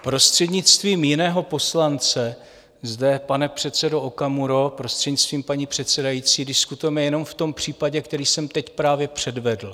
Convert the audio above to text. Prostřednictvím jiného poslance zde, pane předsedo Okamuro, prostřednictvím paní předsedající, diskutujeme jenom v tom případě, který jsem teď právě předvedl.